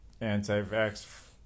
anti-vax